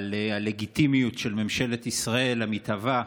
על הלגיטימיות של ממשלת ישראל המתהווה,